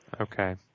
Okay